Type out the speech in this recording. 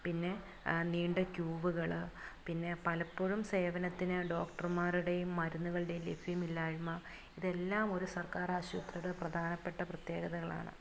പിന്നെ നീണ്ട ക്യൂകള് പിന്നെ പലപ്പോഴും സേവനത്തിന് ഡോക്ടർമാരുടേയും മരുന്നുകളുടേയും ലഭ്യമില്ലായ്മ ഇതെല്ലാം ഒരു സർക്കാർ ആശുപത്രിയുടെ പ്രധാനപ്പെട്ട പ്രത്യേകതകളാണ്